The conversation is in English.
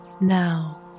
Now